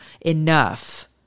enough